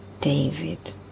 David